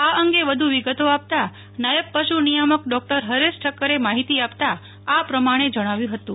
આ અંગે વધુ વિગતો આપતા નાયબ પશુ નિયામક ડોક્ટર ફરેશ ઠકકરે માફિતી આપતા આ પ્રમાણે જણાવ્યું હતું